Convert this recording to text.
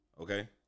okay